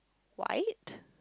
white